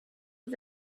was